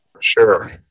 Sure